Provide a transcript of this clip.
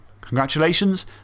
congratulations